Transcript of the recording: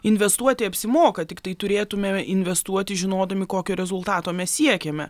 investuoti apsimoka tiktai turėtume investuoti žinodami kokio rezultato mes siekiame